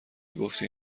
گفتی